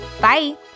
Bye